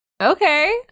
Okay